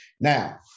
now